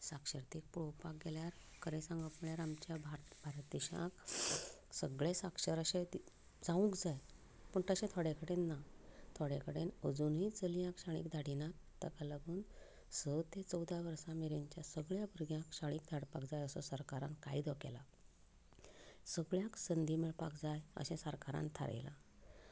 साक्षारतेक पळोवपाक गेल्यार खरें सांगप म्हणल्यार भारत देशांत सगळें साक्षार अशें जावंक जाय पूण तशें थोड्या कडेन ना थोड्या कडेन आजूनय चलयांक शाळेक धाडिनात ताका लागून स ते चवदा वर्सां मेरेनच्या सगळ्या भुरग्यांक शाळेक धाडपाक जाय असो सरकारान कायदो केला सगळ्यांक संदी मेळपाक जाय अशें सरकारान थारायलां